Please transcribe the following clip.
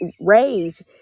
rage